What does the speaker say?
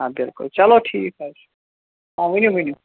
آ بِلکُل چَلو ٹھیٖک حظ چھُ آ ؤنِو ؤنِو